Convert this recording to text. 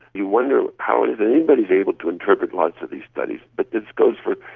you wonder how anybody but is able to interpret lots of these studies, but this goes for,